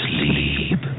Sleep